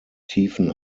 tiefen